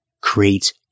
creates